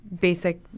basic